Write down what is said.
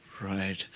Right